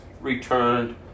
returned